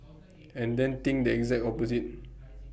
and then think the exact opposite